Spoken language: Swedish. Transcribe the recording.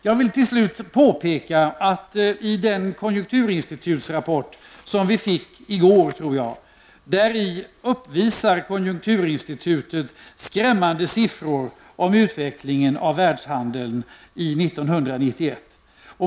Jag vill till slut påpeka att konjunkturinstitutet i den konjunkturinstitutsrapport som vi fick i går uppvisar skrämmande siffror om utvecklingen av världshandeln 1991.